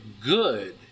good